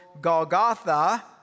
Golgotha